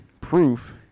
proof